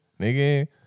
Nigga